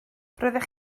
roeddech